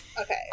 Okay